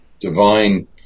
divine